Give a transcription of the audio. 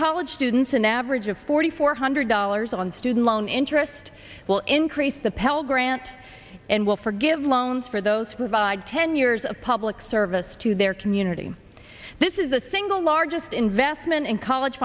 college students an average of forty four hundred dollars on student loan interest will increase the pell grant and will forgive loans for those provide ten years of public service to their community this is the single largest investment in college